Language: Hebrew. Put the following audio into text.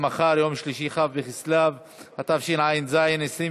התשע"ז 2016,